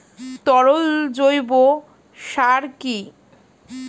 তরল জৈব সার কি?